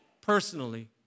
personally